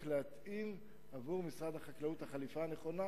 להתאים למשרד החקלאות את החליפה הנכונה,